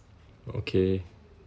okay